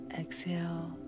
exhale